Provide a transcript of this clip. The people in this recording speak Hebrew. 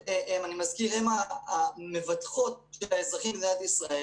שהן המבטחות של האזרחים במדינת ישראל